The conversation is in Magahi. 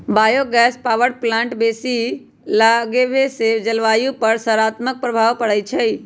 बायो गैस पावर प्लांट बेशी लगाबेसे जलवायु पर सकारात्मक प्रभाव पड़इ छै